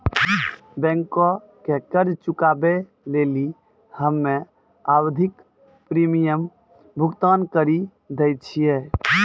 बैंको के कर्जा चुकाबै लेली हम्मे आवधिक प्रीमियम भुगतान करि दै छिये